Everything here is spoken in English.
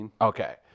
Okay